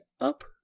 up